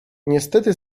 niestety